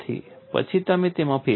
પછી તમે તેમાં ફેરફાર કરો